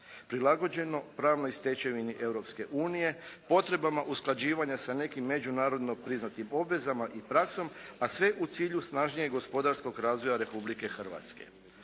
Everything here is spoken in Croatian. Prilagođeno pravnoj stečevini Europske unije potrebama usklađivanja sa nekim međunarodno priznatim obvezama i praksom, a sve u cilju snažnijeg gospodarskog razvoja Republike Hrvatske.